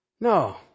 No